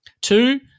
Two